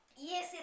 Yes